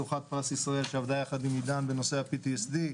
זוכת פרס ישראל שעבדה יחד עם עידן בנושא ה-PTSD,